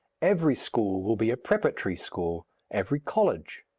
every school will be a preparatory school, every college.